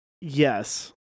yes